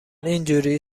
اینجوری